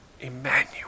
Emmanuel